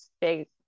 big